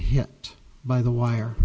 hit by the wire